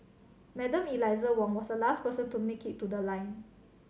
Madam Eliza Wong was the last person to make it to the line